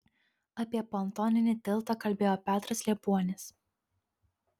apie pontoninį tiltą kalbėjo petras liepuonis